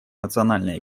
национальная